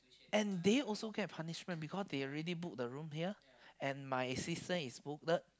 and they also get punishment because they already book the room here and my sister is scolded